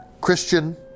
Christian